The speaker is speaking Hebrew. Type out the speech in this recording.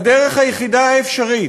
בדרך היחידה האפשרית,